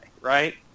right